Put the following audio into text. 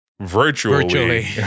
virtually